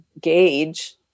gauge